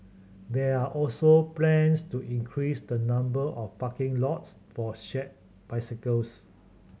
there are also plans to increase the number of parking lots for shared bicycles